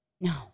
No